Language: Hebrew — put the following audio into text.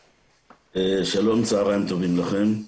שלום, צהריים טובים לכם.